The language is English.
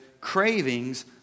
Cravings